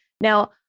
Now